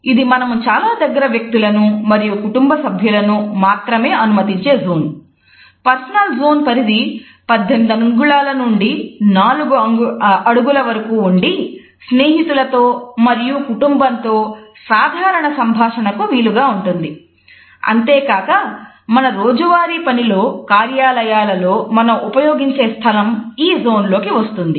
intimate zone లోకి వస్తుంది